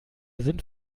sind